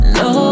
no